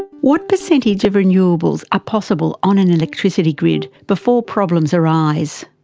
what percentage of renewable are possible on an electricity grid before problems arise?